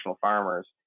farmers